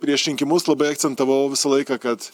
prieš rinkimus labai akcentavau visą laiką kad